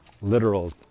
literal